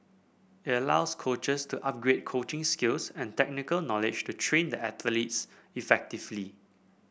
it allows coaches to upgrade coaching skills and technical knowledge to train the athletes effectively